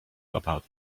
about